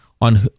on